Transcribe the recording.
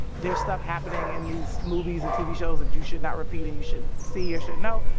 there's stuff happening in these movies and tv shows that you should not repeat and you shouldn't see or shouldn't know.